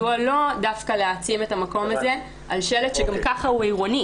מדוע לא להעצים את המקום הזה על שלט שהוא גם כך עירוני.